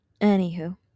anywho